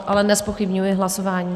Ale nezpochybňuji hlasování.